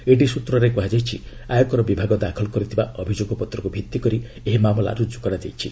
ED ସ୍ନତ୍ରରେ କୁହାଯାଇଛି ଆୟକର ବିଭାଗ ଦାଖଲ କରିଥିବା ଅଭିଯୋଗ ପତ୍ରକୁ ଭିତ୍ତିକରି ଏହି ମାମଲା ରୁକୁ ହୋଇଛି